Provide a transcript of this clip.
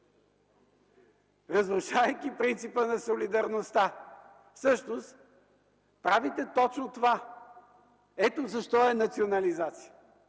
разрушавайки принципа на солидарността. Всъщност правите точно това. Ето защо е национализация.